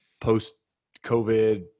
post-COVID